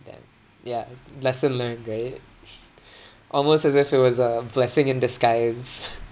damn yeah lesson learnt right almost as if it was a blessing in disguise